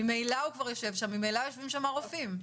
ממילא הוא כבר יושב שם, ממילא יושבים שם רופאים.